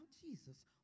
Jesus